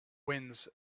winds